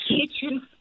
kitchen